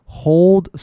hold